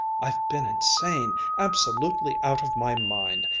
i've been insane absolutely out of my mind!